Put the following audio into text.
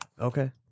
Okay